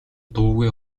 дуугүй